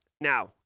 now